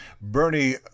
Bernie